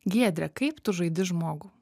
giedre kaip tu žaidi žmogų